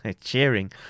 cheering